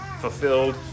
fulfilled